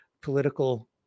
political